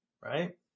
Right